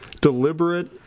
deliberate